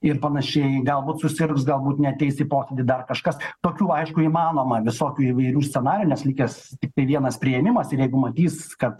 ir panašiai galbūt susirgs galbūt neateis į posėdį dar kažkas tokių aišku įmanoma visokių įvairių scenarinių nes likęs tiktai vienas priėmimas ir jeigu matys kad